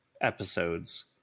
episodes